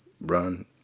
run